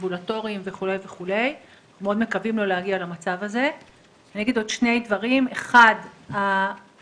בוקר טוב לכולם, היום יום שני, ט"ז